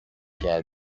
qu’à